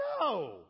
No